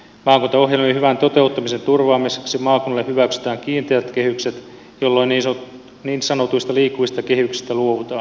maakuntaohjelmien hyvän toteuttamisen turvaamiseksi maakunnille hyväksytään kiinteät kehykset jolloin niin sanotuista liikkuvista kehyksistä luovutaan